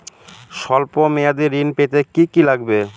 সল্প মেয়াদী ঋণ পেতে কি কি লাগবে?